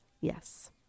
Yes